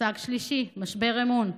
מושג שלישי: משבר אמון.